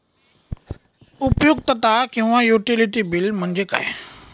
उपयुक्तता किंवा utility bill म्हणजे काय?